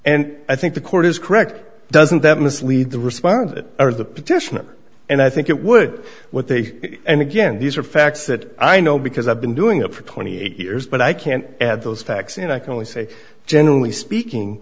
and i think the court is correct doesn't that mislead the response or the petitioner and i think it would what they say and again these are facts that i know because i've been doing it for twenty years but i can't add those facts and i can only say generally speaking